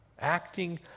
acting